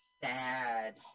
sad